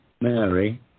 Mary